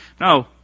No